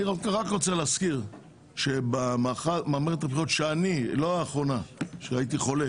רוצה להזכיר שבמערכת הבחירות לא האחרונה בה הייתי חולה